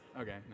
Okay